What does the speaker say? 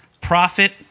profit